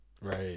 Right